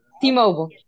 T-Mobile